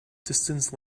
distance